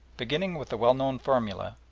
beginning with the well-known formula,